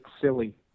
silly